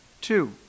Two